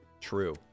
True